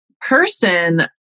person